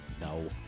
no